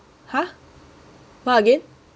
!huh! what again